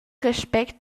respect